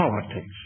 politics